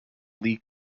lee